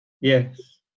Yes